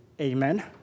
Amen